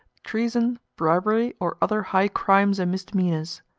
treason, bribery, or other high crimes and misdemeanors.